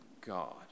God